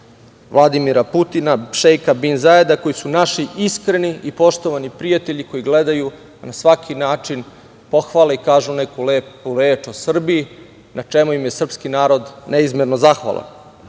Vladimira Putina, šeika Bin Zaeda, koji su naši iskreni i poštovani prijatelji koji gledaju da na svaki način pohvale i kažu neku lepu reč o Srbiji, na čemu im je srpski narod neizmerno zahvalan. Znači,